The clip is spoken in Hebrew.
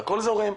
הכל זורם.